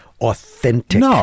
authentic